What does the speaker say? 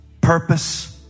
purpose